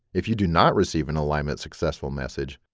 if you do not receive an alignment successful message,